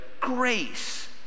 grace